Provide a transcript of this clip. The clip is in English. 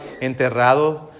enterrado